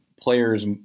players